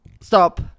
Stop